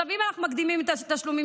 אם אנחנו מקדימים את התשלומים,